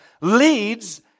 leads